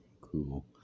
Cool